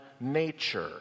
nature